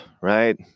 right